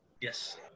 Yes